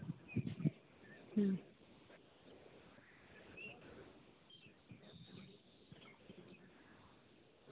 ᱦᱩᱸ